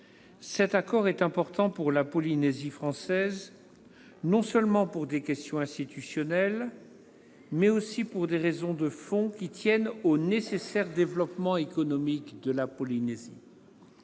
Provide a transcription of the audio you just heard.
la loi est important pour la Polynésie française, non seulement en matière institutionnelle, mais également pour des raisons de fond qui tiennent à son nécessaire développement économique. La Polynésie